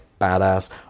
badass